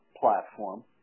platform